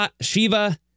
Shiva